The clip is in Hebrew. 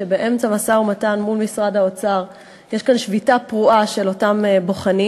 שבאמצע משא-ומתן מול משרד האוצר יש כאן שביתה פרועה של אותם בוחנים